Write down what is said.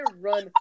run